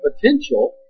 potential